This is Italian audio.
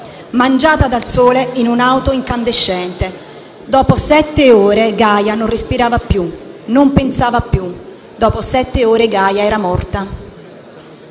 mangiata dal sole, in un'auto incandescente. Dopo sette ore Gaia non respirava più, non pensava più. Dopo sette ore Gaia era morta.